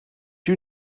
you